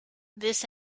this